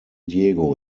diego